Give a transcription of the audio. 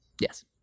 Yes